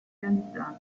realizzati